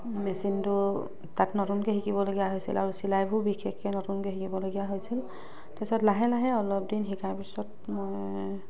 মেচিনটো তাত নতুনকৈ শিকিবলগীয়া হৈছিল আৰু চিলাইবোৰ বিশেষকৈ নতুনকৈ শিকিবলগীয়া হৈছিল তাৰপাছত লাহে লাহে অলপ দিন শিকাৰ পিছত মই